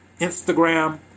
Instagram